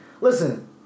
Listen